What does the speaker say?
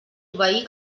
obeir